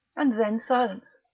and then silence.